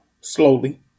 slowly